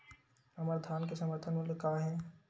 हमर धान के समर्थन मूल्य का हे?